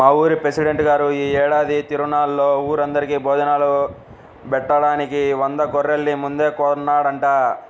మా ఊరి పెసిడెంట్ గారు యీ ఏడాది తిరునాళ్ళలో ఊరందరికీ భోజనాలు బెట్టడానికి వంద గొర్రెల్ని ముందే కొన్నాడంట